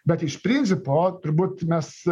bet iš principo turbūt mes